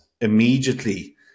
immediately